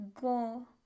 Go